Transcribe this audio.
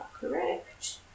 correct